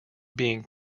being